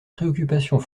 préoccupations